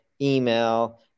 email